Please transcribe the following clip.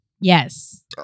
Yes